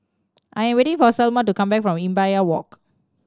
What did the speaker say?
I am waiting for Selmer to come back from Imbiah Walk